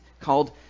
called